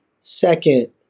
Second